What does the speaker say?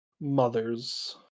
mothers